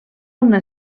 una